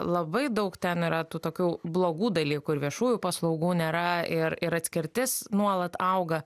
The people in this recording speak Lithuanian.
labai daug ten yra tų tokių blogų dalykų ir viešųjų paslaugų nėra ir ir atskirtis nuolat auga